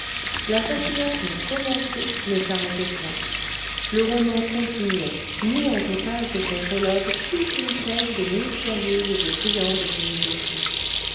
la fascination commencée ne s'arrêtait point le roman continuait nouant aux pages de son prologue toute une chaîne de mystérieuses et friandes péripéties